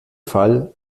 fall